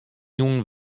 jûn